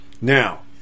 Now